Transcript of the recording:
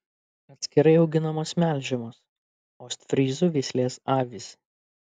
atskirai auginamos melžiamos ostfryzų veislės avys